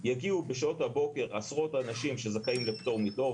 - יגיעו בשעות הבוקר עשרות אנשים שזכאים לפטור מתור,